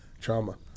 trauma